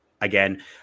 again